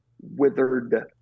withered